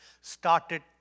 started